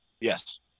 Yes